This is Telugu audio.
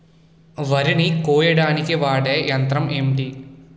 వరి ని కోయడానికి వాడే యంత్రం ఏంటి?